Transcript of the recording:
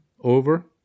over